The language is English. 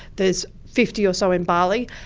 there's fifty or so in barley,